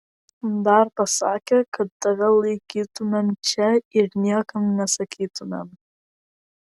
dar pasakė kad tave laikytumėm čia ir niekam nesakytumėm